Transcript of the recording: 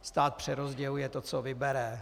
Stát přerozděluje to, co vybere.